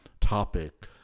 topic